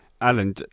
Alan